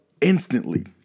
instantly